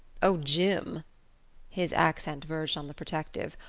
oh jim his accent verged on the protective.